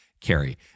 carry